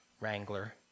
Wrangler